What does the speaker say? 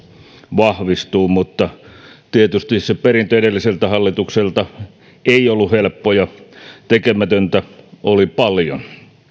vahvistuu mutta perintö edelliseltä hallitukselta ei ollut helppo ja tekemätöntä oli paljon